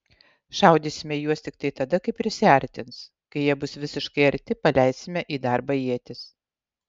šaudysime į juos tiktai tada kai prisiartins kai jie bus visiškai arti paleisime į darbą ietis